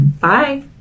Bye